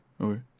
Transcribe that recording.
Okay